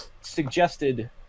suggested